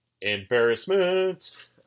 embarrassment